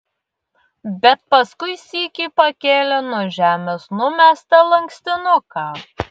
bet paskui sykį pakėlė nuo žemės numestą lankstinuką